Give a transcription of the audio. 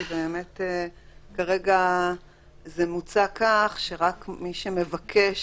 כי באמת כרגע זה מוצע כך שרק מי שמבקש